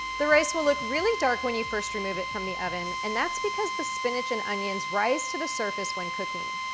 the rice will look really dark when you first remove it from the oven, and that's because the spinach and onions rise to the surface when cooking.